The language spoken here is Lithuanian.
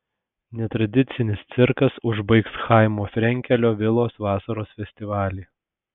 netradicinis cirkas užbaigs chaimo frenkelio vilos vasaros festivalį